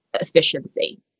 efficiency